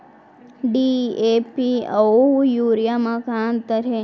DAP अऊ urea म का अंतर हे?